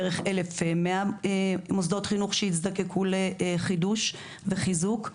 בערך 1,100 מוסדות חינוך שיזדקקו לחידוש וחיזוק.